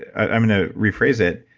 and i'm gonna rephrase it,